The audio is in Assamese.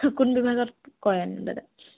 কোন বিভাগত কৰেনো দাদাই